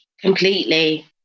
Completely